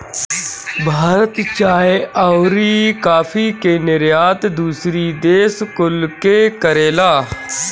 भारत चाय अउरी काफी के निर्यात दूसरी देश कुल के करेला